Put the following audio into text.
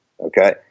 Okay